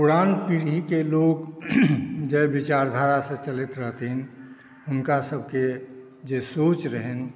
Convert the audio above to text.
पुरान पीढ़ीके लोक जे विचारधारासे चलैत रहथिन हुनकासभके जे सोच रहनि